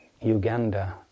Uganda